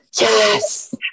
Yes